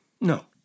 No